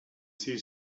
see